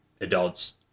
adults